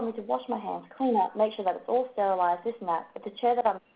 to wash my hands, clean up, make sure that it's all sterilized, this and that, but the chair that i'm